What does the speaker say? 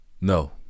No